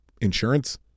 insurance